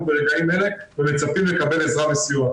ברגעים אלה ומצפים לקבל עזרה וסיוע.